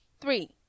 Three